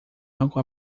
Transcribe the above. algo